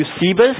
Eusebius